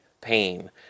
pain